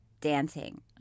dancing